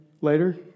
later